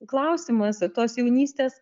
klausimas tos jaunystės